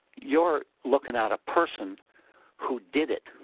you are looking at a person who did it